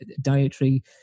dietary